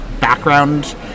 background